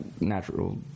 natural